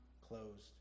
closed